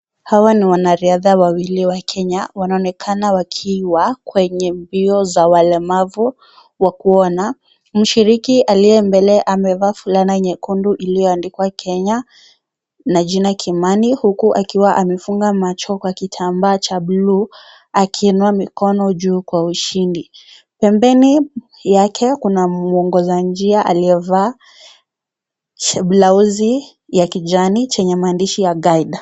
Hawa ni wanariadha wawili wa Kenya, wanaonekana wakiwa, kwenye mbio za walemavu, wa kuona, mshirki aliye mbele amevaa fulana nyekundu iliyoandikwa Kenya, na jina Kimani, huku akiwa amefunga macho kwa kitambaa cha (cs)blue(cs), akiinua mikono juu kwa ushindi, pembeni yane kuna mwongoza njia aliyevaa, che, blausi ya kijani yenye maandishi ya(cs)guide (cs).